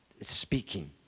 speaking